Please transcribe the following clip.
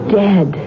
dead